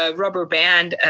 ah rubber band